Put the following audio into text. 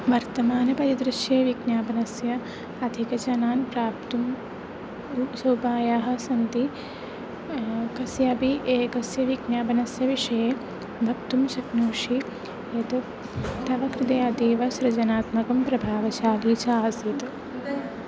वर्तमानपरिदृश्ये विज्ञापनस्य अधिकजनान् प्राप्तुं सोपानाः सन्ति कस्यापि एकस्य विज्ञापनस्य विषये वक्तुं शक्नोषि यत् तव कृते अतीव सृजनात्मकं प्रभावशाली च आसीत्